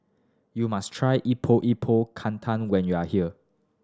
you must try Epok Epok Kentang when you are here